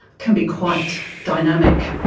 can be quite dynamic.